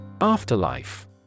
Afterlife